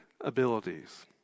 abilities